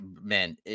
Man